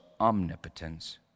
omnipotence